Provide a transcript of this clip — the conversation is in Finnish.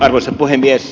arvoisa puhemies